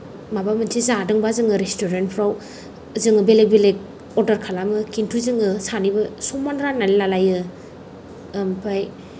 माबा मोनसे जादोंबा जोङो रेस्टुरेन्ट फोराव जोङो बेलेग बेलेग अर्डार खालामो किन्तु जोङो सानैबो समान रानलायनानै लालायो ओमफ्राय